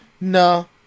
No